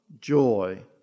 joy